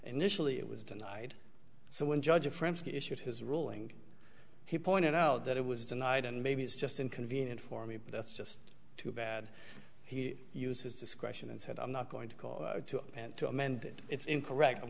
initially it was denied so when judge friends issued his ruling he pointed out that it was denied and maybe it's just inconvenient for me but that's just too bad he used his discretion and said i'm not going to call and to amend it it's incorrect i'm